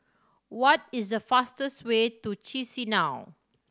what is the fastest way to Chisinau